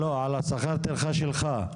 לא, על שכר הטרחה שלך.